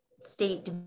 State